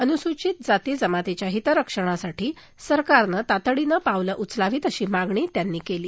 अनुसूचित जाती जमातीच्या हितरक्षणासाठी सरकारनं तातडीनं पावलं उचलावीत अशी मागणी त्यांनी केली